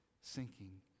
sinking